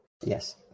Yes